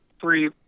three